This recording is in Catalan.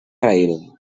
raïl